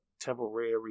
temporary